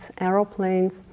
aeroplanes